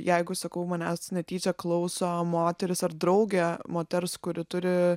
jeigu sakau manęs netyčia klauso moteris ar draugė moters kuri turi